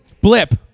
Blip